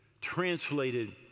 translated